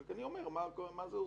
אני רק אומר מה זה עושה,